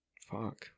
Fuck